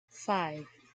five